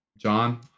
John